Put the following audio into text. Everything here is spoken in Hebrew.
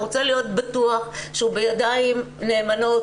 אתה רוצה להיות בטוח שהוא בידיים נאמנות,